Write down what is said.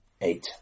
Eight